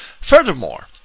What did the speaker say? Furthermore